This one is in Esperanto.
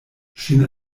ŝin